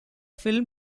film